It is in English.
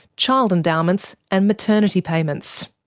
child endowments, and maternity payments.